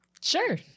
sure